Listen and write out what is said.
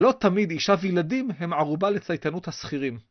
לא תמיד אישה וילדים הם ערובה לצייתנות השכירים.